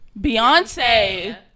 Beyonce